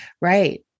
Right